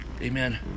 amen